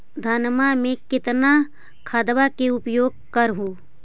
धानमा मे कितना खदबा के उपयोग कर हू?